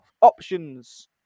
Options